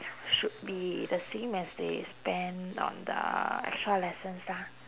should be the same as they spend on the extra lessons lah